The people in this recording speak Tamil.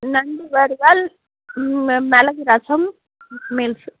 நண்டு வறுவல் ம் மிளகு ரசம் மீல்ஸ்ஸு